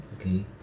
Okay